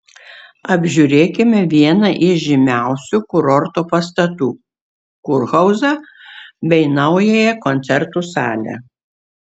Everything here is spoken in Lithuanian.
apžiūrėkime vieną iš žymiausių kurorto pastatų kurhauzą bei naująją koncertų salę